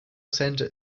center